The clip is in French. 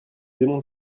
aimons